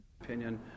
opinion